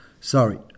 Sorry